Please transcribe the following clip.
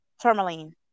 tourmaline